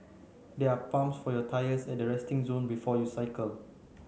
there are pumps for your tyres at the resting zone before you cycle